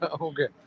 Okay